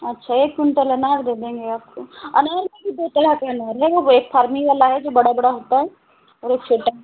अच्छा एक कुन्टल अनार दे देंगे आपको अनार में दो तरह के अनार हैं वो एक फर्मी वाला है जो बड़ा बड़ा होता है और एक छोटा है